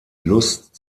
lust